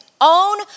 own